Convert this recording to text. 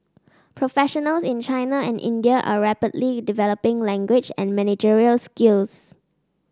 professionals in China and India are rapidly developing language and managerial skills